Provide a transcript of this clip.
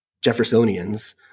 Jeffersonians